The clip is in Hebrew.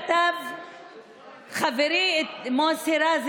כמו שכתב אתמול חברי מוסי רז,